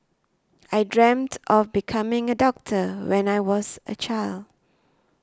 I dreamt of becoming a doctor when I was a child